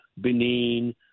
Benin